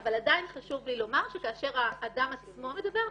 אבל עדיין חשוב לי לומר שכאשר האדם עצמו מדבר,